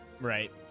Right